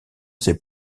ses